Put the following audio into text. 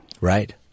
Right